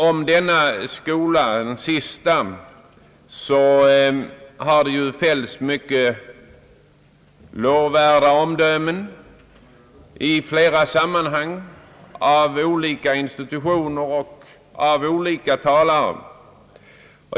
Om denna senare skola har det nu fällts mycket uppskattande omdömen i flera sammanhang av olika institutioner och olika talare.